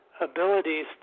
abilities